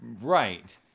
Right